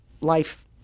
life